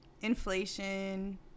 inflation